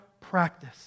practice